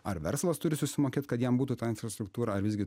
ar verslas turi susimokėt kad jam būtų ta infrastruktūra ar visgi